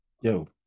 Yo